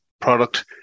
product